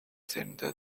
заримдаа